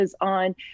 on